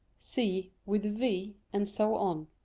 c with v, and so on.